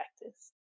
practice